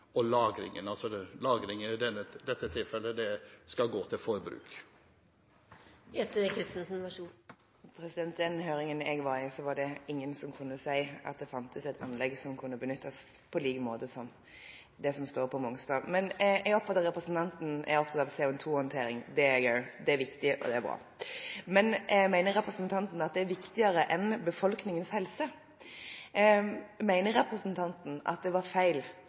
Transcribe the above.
og lagringen – lagringen i dette tilfellet – som skal gå til forbruk. I den høringen jeg var i, var det ingen som kunne si at det fantes et anlegg som kunne benyttes på lik måte som det som står på Mongstad. Jeg oppfatter at representanten er opptatt av CO2-håndtering. Det er jeg også. Det er viktig, og det er bra. Men mener representanten at det er viktigere enn befolkningens helse? Mener representanten at det var feil